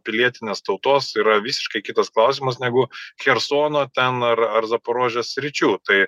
pilietinės tautos yra visiškai kitas klausimas negu chersono ten ar ar zaporožės sričių tai